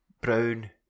Brown